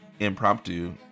impromptu